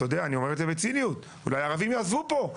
אני אומר את זה בציניות, אולי הערבים יעזבו פה.